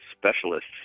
specialists